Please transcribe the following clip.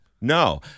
No